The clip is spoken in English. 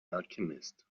alchemist